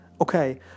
Okay